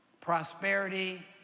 prosperity